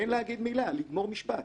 תן להגיד מילה, לגמור משפט.